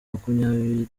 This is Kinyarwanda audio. makumyabiri